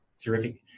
Terrific